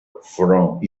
from